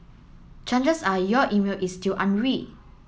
chances are your email is still unread